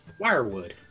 Wirewood